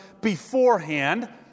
beforehand